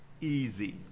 easy